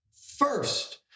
first